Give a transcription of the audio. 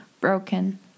broken